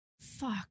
fuck